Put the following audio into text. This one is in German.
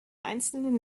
einzelnen